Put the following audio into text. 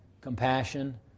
Compassion